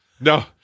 No